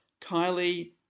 Kylie